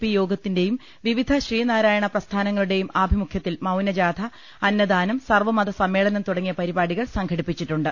P യോഗത്തിന്റെയും വിവിധ ശ്രീനാരായണ പ്രസ്ഥാനങ്ങളുടെയും ആഭിമുഖ്യത്തിൽ മൌന ജാഥ അന്നദാനം സർവ്വമത സമ്മേളനം തുടങ്ങിയ പരിപാടി കൾ സംഘടിപ്പിച്ചിട്ടുണ്ട്